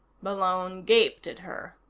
malone gaped at her.